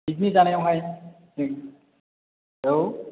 picnic जानायावहाय औ